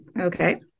Okay